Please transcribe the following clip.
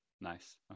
Nice